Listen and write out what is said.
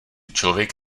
člověk